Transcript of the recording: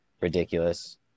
ridiculous